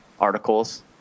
articles